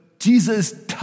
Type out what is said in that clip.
Jesus